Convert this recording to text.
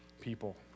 people